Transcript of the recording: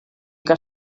que